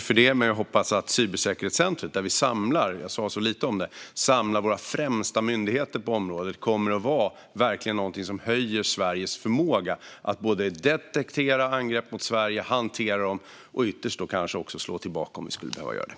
Herr talman! Jag sa så lite om cybersäkerhetscentret, där vi samlar våra främsta myndigheter på området. Jag hoppas att det verkligen kommer att vara något som höjer Sveriges förmåga att både detektera angrepp mot Sverige, hantera dem och ytterst kanske slå tillbaka om det skulle behövas.